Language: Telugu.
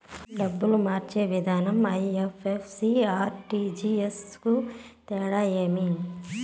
డబ్బులు మార్చే విధానం ఐ.ఎఫ్.ఎస్.సి, ఆర్.టి.జి.ఎస్ కు తేడా ఏమి?